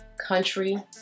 country